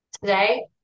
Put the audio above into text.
Today